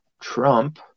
trump